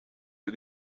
für